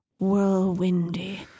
whirlwindy